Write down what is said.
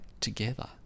together